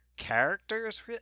characters